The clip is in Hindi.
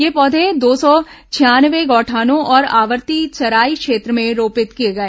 ये पौधे दो सौ छियानवे गौठानों और आवर्ती चराई क्षेत्रों में रोपित किए गए